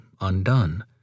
undone